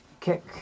kick